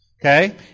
Okay